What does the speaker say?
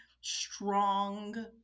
strong